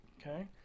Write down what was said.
okay